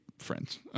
Friends